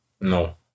No